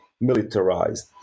militarized